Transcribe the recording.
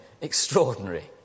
extraordinary